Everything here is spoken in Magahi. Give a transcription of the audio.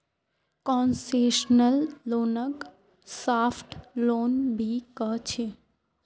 कोन्सेसनल लोनक साफ्ट लोन भी कह छे